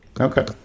Okay